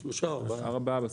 שלושה, ארבעה.